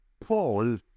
Paul